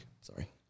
Sorry